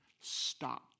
stop